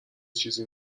چیزی